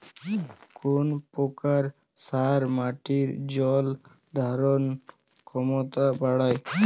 কোন প্রকার সার মাটির জল ধারণ ক্ষমতা বাড়ায়?